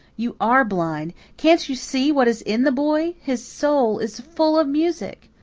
you are blind. can't you see what is in the boy? his soul is full of music.